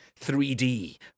3D